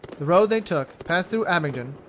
the road they took passed through abingdon,